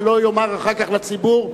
ולא יאמר אחר כך לציבור,